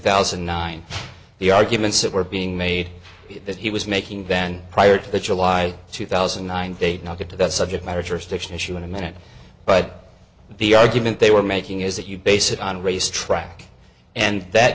thousand and nine the arguments that were being made that he was making then prior to the july two thousand and nine date not get to that subject matter jurisdiction issue in a minute but the argument they were making is that you base it on a race track and that